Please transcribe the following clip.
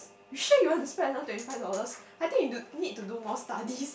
you sure you want to spend another twenty five dollars I think you need to need to do more studies